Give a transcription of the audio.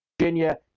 Virginia